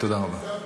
תודה רבה.